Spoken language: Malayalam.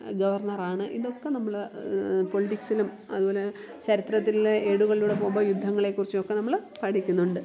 ഗവർണറാണ് ഇതൊക്കെ നമ്മൾ പൊളിറ്റിക്സിലും അതുപോലെ ചരിത്രത്തിലെ ഏടുകളിലൂടെ പോകുമ്പോൾ യുദ്ധങ്ങളെക്കുറിച്ചും ഒക്കെ നമ്മൾ പഠിക്കുന്നുണ്ട്